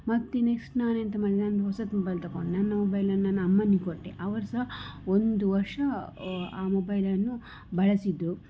ಮತ್ತೆ ನೆಕ್ಸ್ಟ್ ನಾನು ಎಂತ ಮಾಡಿದೆ ನಾನು ಹೊಸತು ಮೊಬೈಲ್ ತಕೊಂಡೆ ನನ್ನ ಮೊಬೈಲ್ ನನ್ನ ಅಮ್ಮನಿಗೆ ಕೊಟ್ಟೆ ಅವರು ಸಹ ಒಂದು ವರ್ಷ ಆ ಮೊಬೈಲನ್ನು ಬಳಸಿದರು